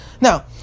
Now